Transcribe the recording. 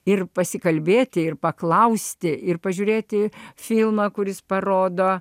ir pasikalbėti ir paklausti ir pažiūrėti filmą kuris parodo